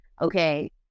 okay